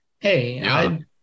Hey